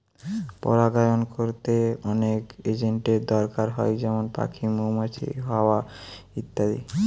পরাগায়ন কোরতে অনেক এজেন্টের দোরকার হয় যেমন পাখি, মৌমাছি, হাওয়া ইত্যাদি